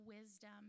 wisdom